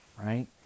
right